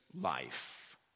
life